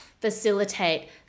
facilitate